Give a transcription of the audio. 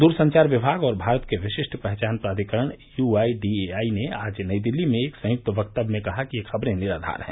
दूर संचार विमाग और भारत के विशिष्ट पहचान प्राधिकरण यूआईडीएआई ने आज नई दिल्ली में एक संयुक्त वक्तव्य में कहा कि ये खबरे निराधार हैं